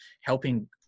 helping